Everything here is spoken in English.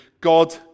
God